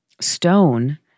stone